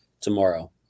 tomorrow